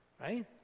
right